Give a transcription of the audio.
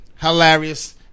hilarious